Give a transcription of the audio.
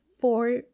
four